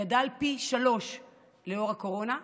גדל פי שלושה בגלל הקורונה.